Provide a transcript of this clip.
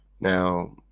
now